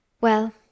Well